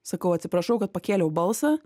sakau atsiprašau kad pakėliau balsą